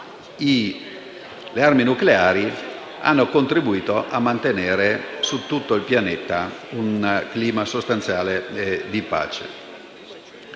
le armi nucleari hanno contribuito a mantenere su tutto il pianeta un clima sostanziale di pace.